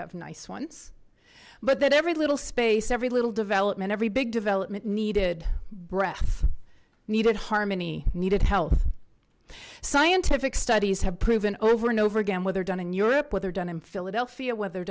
have nice ones but that every little space every little development every big development needed breath needed harmony needed health scientific studies have proven over and over again whether done in europe whether done in philadelphia whether